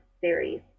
series